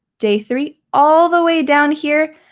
day three, all the way down here,